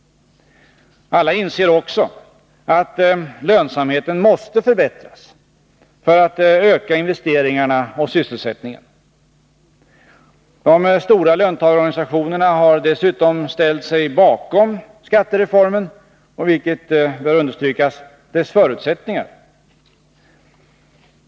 Alla inser också att lönsamheten måste förbättras för att man skall kunna öka investeringarna och sysselsättningen. De stora löntagarorganisationerna har dessutom ställt sig bakom skattereformen och, vilket bör understrykas, dess förutsättningar.